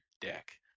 deck